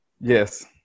Yes